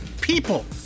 people